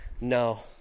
No